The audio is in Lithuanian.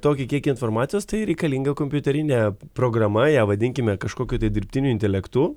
tokį kiekį informacijos tai reikalinga kompiuterinė programa ją vadinkime kažkokiu dirbtiniu intelektu